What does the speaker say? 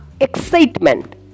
excitement